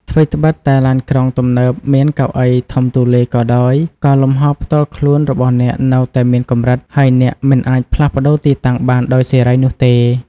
ថ្វីត្បិតតែឡានក្រុងទំនើបមានកៅអីធំទូលាយក៏ដោយ ក៏លំហផ្ទាល់ខ្លួនរបស់អ្នកនៅតែមានកម្រិត ហើយអ្នកមិនអាចផ្លាស់ប្តូរទីតាំងបានដោយសេរីនោះទេ។